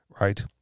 Right